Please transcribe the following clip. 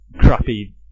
crappy